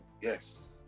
yes